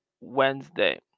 Wednesday